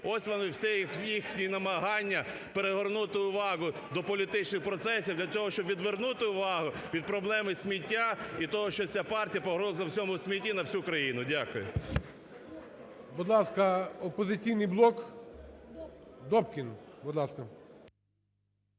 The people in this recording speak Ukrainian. Ось вони, всі їхні намагання пригорнути увагу до політичних процесів для того, щоб відвернути увагу від проблеми сміття і того, що ця партія погрузла в цьому смітті на всю країну. Дякую.